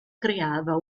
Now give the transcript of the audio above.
creava